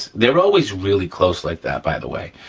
they're always really close like that, by the way.